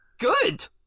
good